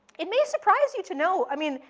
it may surprise you to know, i mean,